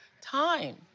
time